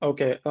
Okay